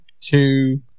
two